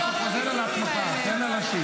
כי אני אגיד לך מה אנחנו כן עושים איתם.